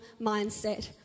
mindset